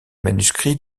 manuscrits